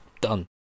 Done